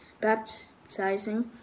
baptizing